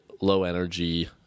low-energy